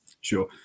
Sure